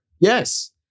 Yes